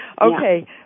Okay